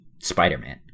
Spider-Man